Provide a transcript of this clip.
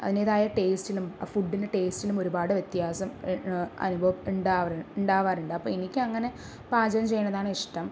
അതിന്റേതായ ടേസ്റ്റിലും ആ ഫുഡിൻ്റെ ടേസ്റ്റിനും ഒരുപാട് വ്യത്യാസം അനുഭവം ഉണ്ടാവാ ഉണ്ടാവാറുണ്ട് അപ്പോൾ എനിക്കങ്ങനെ പാചകം ചെയ്യണതാണ് ഇഷ്ടം